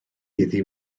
iddi